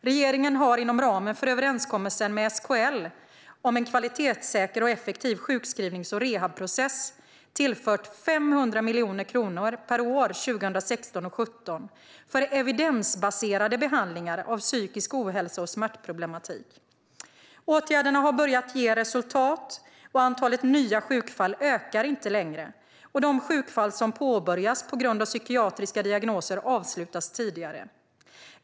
Regeringen har inom ramen för överenskommelsen med SKL om en kvalitetssäker och effektiv sjukskrivnings och rehabprocess tillfört 500 miljoner kronor per år 2016 och 2017 för evidensbaserade behandlingar av psykisk ohälsa och smärtproblematik. Åtgärderna har börjat ge resultat - antalet nya sjukfall ökar inte längre, och de sjukfall som påbörjas på grund av psykiatriska diagnoser avslutas tidigare.